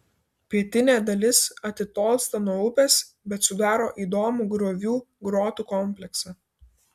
pietinė dalis atitolsta nuo upės bet sudaro įdomų griovų grotų kompleksą